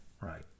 Right